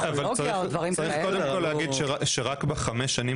--- צריך קודם כל להגיד שרק בחמש שנים